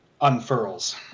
unfurls